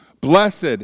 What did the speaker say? Blessed